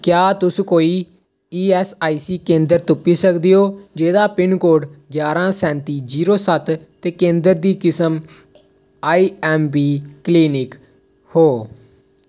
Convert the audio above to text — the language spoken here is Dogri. क्या तुस कोई ईऐस्सआईसी केंद्र तुप्पी सकदे ओ जेह्दा पिनकोड ग्जारां सैंती जीरो सत्त ते केंद्र दी किस्म आईऐम्मपी क्लिनिक हो